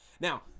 Now